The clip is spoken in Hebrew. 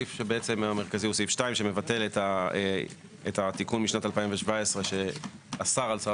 הסעיף המרכזי הא סעיף 2 שמבטל את התיקון משנת 2017 שאסר על שר